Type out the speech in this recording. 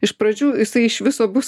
iš pradžių jisai iš viso bus